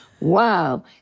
Wow